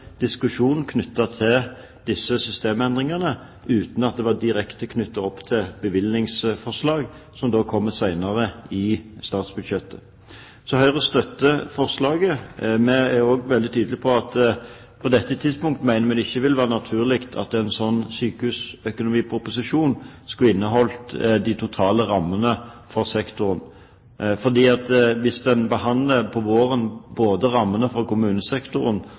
diskusjon knyttet til disse systemendringene uten at det var direkte knyttet opp til bevilgningsforslag, som kommer senere, i statsbudsjettet. Så Høyre støtter forslaget. Vi er også veldig tydelige på at på dette tidspunkt mener vi det ikke vil være naturlig at en slik sykehusproposisjon skulle inneholde de totale rammene for sektoren, for hvis en behandler både rammene for kommunesektoren